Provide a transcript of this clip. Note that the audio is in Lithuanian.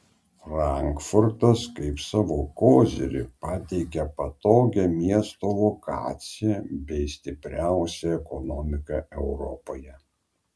frankfurtas kaip savo kozirį pateikia patogią miesto lokaciją bei stipriausią ekonomiką europoje